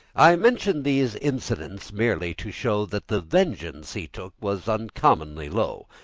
i mention these incidents merely to show that the vengeance he took was uncommonly low.